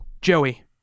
Joey